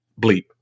bleep